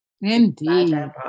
Indeed